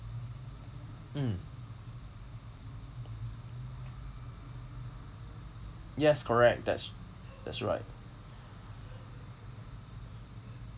mm yes correct that's that's right